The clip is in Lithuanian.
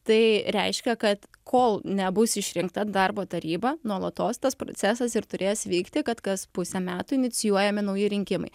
tai reiškia kad kol nebus išrinkta darbo taryba nuolatos tas procesas ir turės vykti kad kas pusę metų inicijuojami nauji rinkimai